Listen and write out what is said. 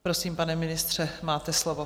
Prosím, pane ministře, máte slovo.